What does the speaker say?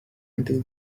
until